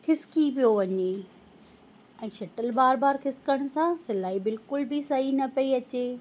खिस्की पियो वञे ऐं शटल बार बार खिस्कण सां सिलाई बिल्कुल बि सही त पई अचे